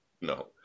No